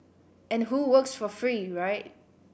and who works for free right